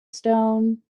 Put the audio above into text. stone